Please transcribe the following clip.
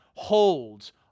Holds